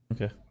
Okay